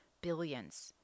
billions